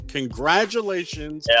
Congratulations